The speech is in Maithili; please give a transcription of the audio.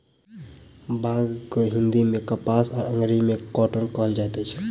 बांग के हिंदी मे कपास आ अंग्रेजी मे कौटन कहल जाइत अछि